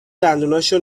دندوناشو